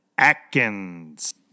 Atkins